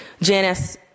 Janice